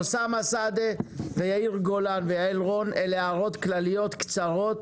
אוסאמה סעדי ויאיר גולן ויעל רון אלה הערות כלליות קצרות